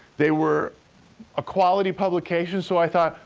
they were a quality publication, so i thought,